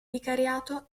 vicariato